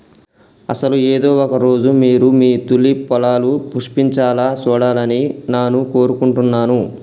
అసలు ఏదో ఒక రోజు మీరు మీ తూలిప్ పొలాలు పుష్పించాలా సూడాలని నాను కోరుకుంటున్నాను